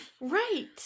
Right